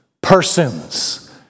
persons